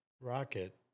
rocket